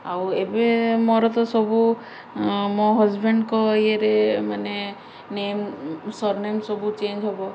ଆଉ ଏବେ ମୋର ତ ସବୁ ମୋ ହଜବେଣ୍ଡଙ୍କ ଇଏରେ ମାନେ ନେମ୍ ସର୍ନେମ୍ ସବୁ ଚେଞ୍ଜ ହବ